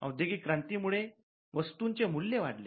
औद्योगिकरणामुळे वस्तूंचे मूल्य वाढले